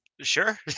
sure